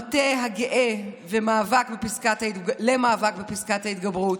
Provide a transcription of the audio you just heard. המטה הגאה למאבק בפסקת ההתגברות,